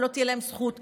ולא תהיה להם זכות וטו.